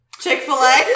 Chick-fil-A